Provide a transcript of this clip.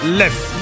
left